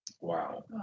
Wow